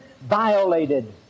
violated